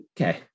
okay